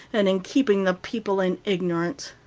and in keeping the people in ignorance.